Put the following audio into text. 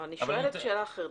אבל אני שואלת שאלה אחרת,